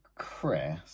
Chris